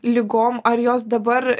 ligom ar jos dabar